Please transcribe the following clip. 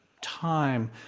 time